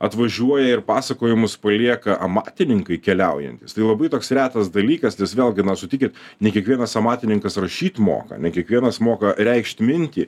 atvažiuoja ir pasakojimus palieka amatininkai keliaujantys tai labai toks retas dalykas nes vėlgi na sutikit ne kiekvienas amatininkas rašyt moka ne kiekvienas moka reikšt mintį